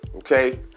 Okay